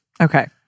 Okay